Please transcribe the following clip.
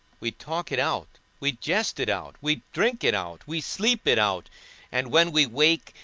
we talk it out, we jest it out, we drink it out, we sleep it out and when we wake,